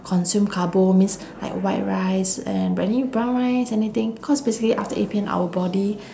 consume carbo means like white rice and any brown rice anything cause basically after eight P M our body